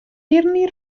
byrne